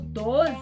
12